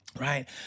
Right